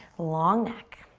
long neck.